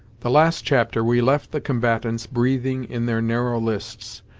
the last chapter we left the combatants breathing in their narrow lists.